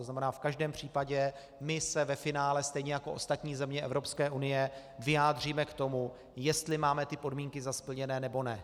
V každém případě my se ve finále stejně jako ostatní země Evropské unie vyjádříme k tomu, jestli máme ty podmínky za splněné, nebo ne.